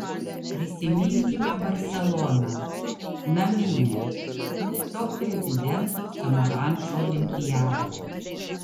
prisiminkime barseloną naminę tok prezidento samarančo olimpiadą